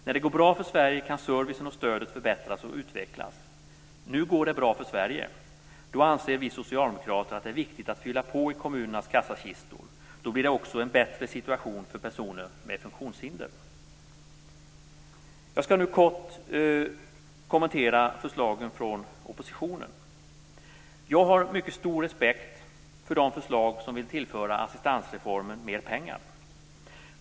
När det går bra för Sverige kan servicen och stödet förbättras och utvecklas. Nu går det bra för Sverige. Då anser vi socialdemokrater att det är viktigt att fylla på i kommunernas kassakistor. Då blir det också en bättre situation för personer med funktionshinder. Jag skall nu kort kommentera förslagen från oppositionen. Jag har mycket stor respekt för de förslag som vill tillföra assistansreformen mer pengar.